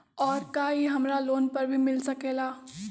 और का इ हमरा लोन पर भी मिल सकेला?